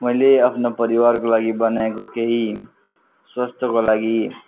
मैले आफ्नो परिवारको लागि बनाएको केही स्वास्थ्यको लागि